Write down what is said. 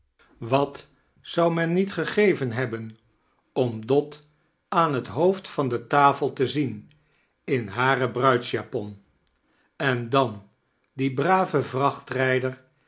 wat zou men niet gegeren heibben om dot aan het hoofd van de tafel te zien in hare bruidsjapon en dan dien braven